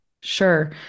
Sure